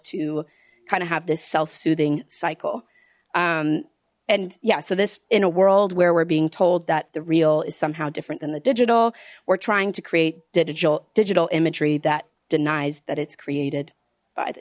to kind of have this self soothing cycle and yeah so this in a world where we're being told that the real is somehow different than the digital we're trying to create digital digital imagery that denies that it's created by the